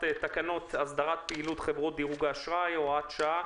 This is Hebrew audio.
תקנות הסדרת פעילות חברות דירוג האשראי (הוראת שעה),